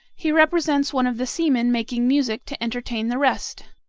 he represents one of the seamen making music to entertain the rest